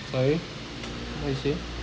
sorry what you say